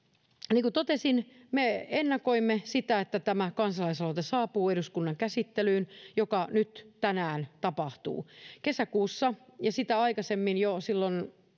niin kuin totesin me ennakoimme sitä että tämä kansalaisaloite saapuu eduskunnan käsittelyyn mikä nyt tänään tapahtuu kesäkuussa ja sitä aikaisemmin jo silloin